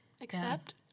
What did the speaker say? accept